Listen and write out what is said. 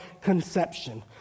conception